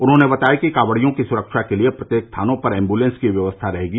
उन्होंने बताया कि कॉवड़ियों की सुविधा के लिए प्रत्येक थानों पर एम्बुलेन्स की व्यवस्था रहेगी